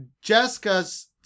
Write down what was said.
Jessica's